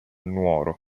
nuoro